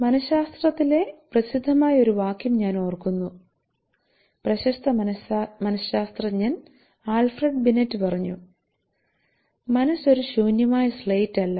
മനശാസ്ത്രത്തിലെ പ്രസിദ്ധമായ ഒരു വാക്യം ഞാൻ ഓർക്കുന്നു പ്രശസ്ത മനശാസ്ത്രജ്ഞൻ ആൽഫ്രഡ് ബിനെറ്റ് പറഞ്ഞു മനസ്സ് ഒരു ശൂന്യമായ സ്ലേറ്റല്ല